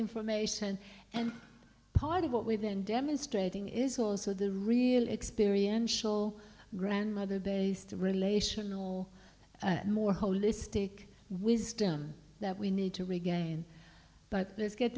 information and part of what we've been demonstrating is also the really experienced grandmother based relational more holistic wisdom that we need to regain but let's get